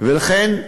לכן,